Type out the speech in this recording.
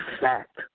fact